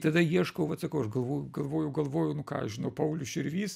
tada ieškau vat sakau aš galvoju galvojau galvojau nu ką aš žinau paulius širvys